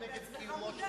מודע לכך שהכול זמני.